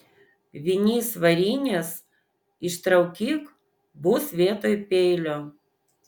vinys varinės ištraukyk bus vietoj peilio